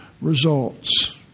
results